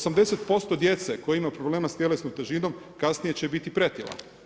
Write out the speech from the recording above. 80% djece koja ima problema s tjelesnom težinom, kasnije će biti pretila.